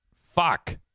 Fuck